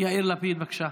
יאיר לפיד, בבקשה.